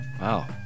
Wow